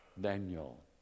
Daniel